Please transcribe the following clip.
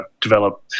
develop